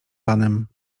panem